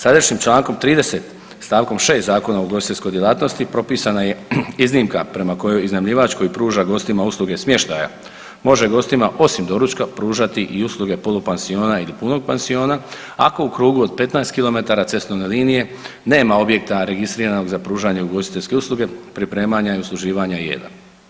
Sadašnjim čl. 30. st. 6. Zakona o ugostiteljskoj djelatnosti propisana je iznimka prema kojoj iznajmljivač koji pruža gostima usluge smještaja može gostima osim doručka pružati i usluge polupansiona ili punog pansiona, ako u krugu od 15km cestovne linije nema objekta registriranog za pružanje ugostiteljske usluge priprema i usluživanja jela.